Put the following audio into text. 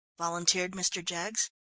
volunteered mr. jaggs.